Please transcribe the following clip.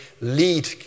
lead